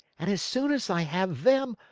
and as soon as i have them,